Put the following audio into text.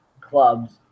clubs